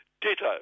ditto